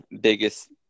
biggest